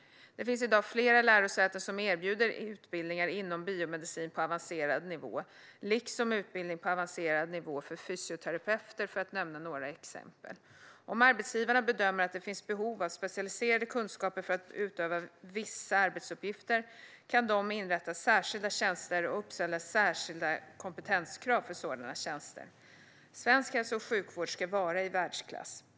Det finns i dag flera lärosäten som erbjuder utbildningar inom biomedicin på avancerad nivå, liksom utbildning på avancerad nivå för fysioterapeuter, för att nämna några exempel. Om arbetsgivarna bedömer att det finns behov av specialiserade kunskaper för att utöva vissa arbetsuppgifter kan de inrätta särskilda tjänster och uppställa särskilda kompetenskrav för sådana tjänster. Svensk hälso och sjukvård ska vara i världsklass.